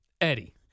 Eddie